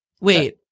Wait